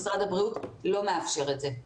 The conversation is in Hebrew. משרד הבריאות לא מאפשר את זה.